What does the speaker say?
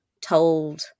told